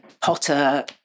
potter